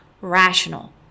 rational